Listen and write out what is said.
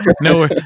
no